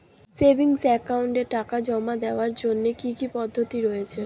Savings একাউন্টে টাকা জমা দেওয়ার জন্য কি কি পদ্ধতি রয়েছে?